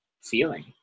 feeling